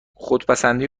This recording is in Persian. خودپسندی